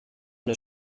una